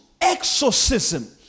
exorcism